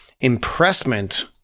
impressment